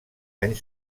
anys